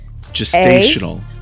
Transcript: Gestational